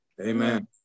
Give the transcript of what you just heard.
Amen